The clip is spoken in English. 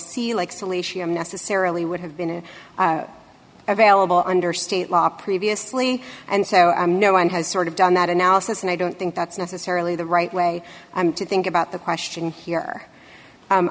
c likes alecia necessarily would have been available under state law previously and so no one has sort of done that analysis and i don't think that's necessarily the right way to think about the question here